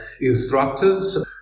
instructors